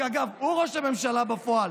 אגב, הוא ראש הממשלה בפועל,